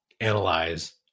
analyze